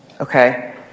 okay